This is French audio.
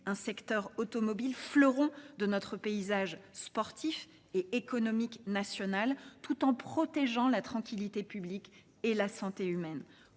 un secteur automobile fleurant de notre paysage sportif. et économique nationale tout en protégeant la tranquillité publique et la santé humaine.